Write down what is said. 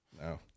no